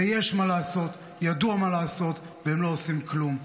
ויש מה לעשות, ידוע מה לעשות, והם לא עושים כלום.